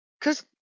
Cause-